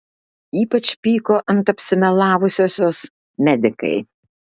ypač pyko ant apsimelavusiosios medikai